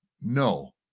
No